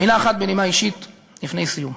מילה אחת בנימה אישית לפני סיום.